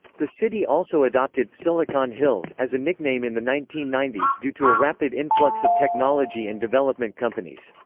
the city also adopted silicon hills as a nickname in the nineteen ninety s due to a rapid influx of technology and development companies.